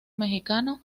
mexicano